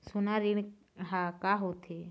सोना ऋण हा का होते?